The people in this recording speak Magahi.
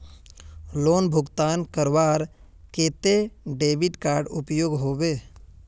लोन भुगतान करवार केते डेबिट कार्ड उपयोग होबे?